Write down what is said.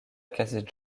casey